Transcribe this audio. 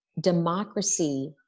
democracy